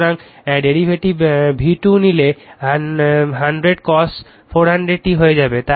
সুতরাং derivative v2 নিলে 100 cos 400 t হয়ে যাবে